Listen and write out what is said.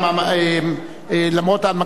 למרות ההנמקה מהמקום,